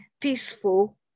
peaceful